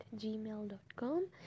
gmail.com